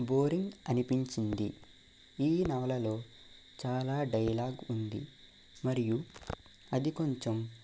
boring అనిపించింది ఈ నవలలో చాలా డైలాగ్ ఉంది మరియు అది కొంచెం